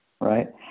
right